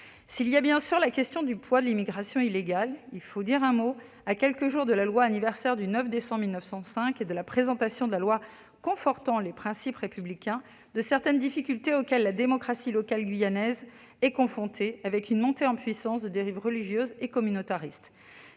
S'il y a bien sûr la question du poids de l'immigration illégale, il faut dire un mot, à quelques jours de l'anniversaire de la loi du 9 décembre 1905 et de la présentation de la loi confortant les principes républicains, de certaines difficultés auxquelles la démocratie locale guyanaise est confrontée, avec une montée en puissance de dérives religieuses et communautaristes.